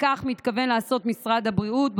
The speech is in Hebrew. וכך מתכוון לעשות משרד הבריאות,